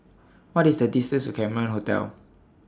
What IS The distance to Cameron Hotel